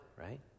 right